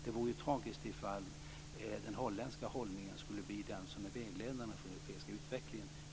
Det vore ju tragiskt om den holländska hållningen skulle vara den som blir vägledande för den europeiska utvecklingen.